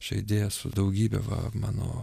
šia idėja su daugybe va mano